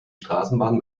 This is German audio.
straßenbahn